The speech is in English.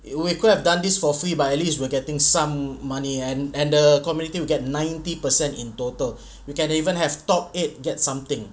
if we could have done this for free but at least we're getting some money and and the community we get ninety percent in total we can even have top eight get something